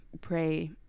pray